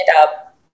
up